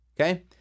Okay